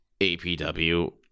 APW